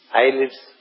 eyelids